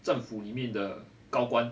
政府里面的高官